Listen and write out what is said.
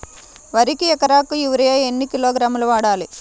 వరికి ఎకరాకు యూరియా ఎన్ని కిలోగ్రాములు వాడాలి?